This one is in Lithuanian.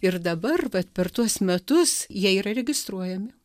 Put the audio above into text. ir dabar vat per tuos metus jie yra registruojami